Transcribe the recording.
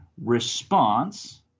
response